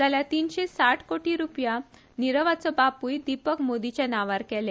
जाल्यार तीनशे साठ कोटी रुपया निरवाचो बापुय दिपक मोदीचे नावार केले